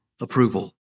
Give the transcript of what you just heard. approval